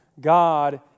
God